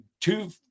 two